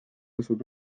asub